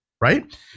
right